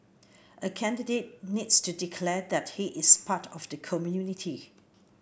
a candidate needs to declare that he is part of the community